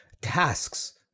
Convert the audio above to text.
tasks